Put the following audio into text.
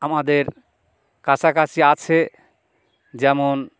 আমাদের কাছাকাছি আছে যেমন